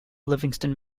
livingston